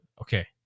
okay